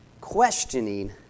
Questioning